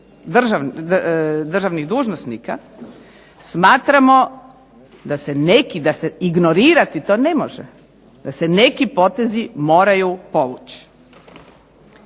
državnih dužnosnika smatramo da se neki, da se ignorirati to ne može, da se neki potezi moraju povući.